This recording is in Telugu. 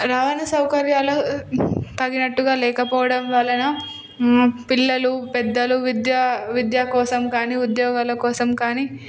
రవాణ సౌకర్యాలు తగినట్టుగా లేకపోవడం వలన పిల్లలు పెద్దలు విద్యా విద్యా కోసం కానీ ఉద్యోగాల కోసం కానీ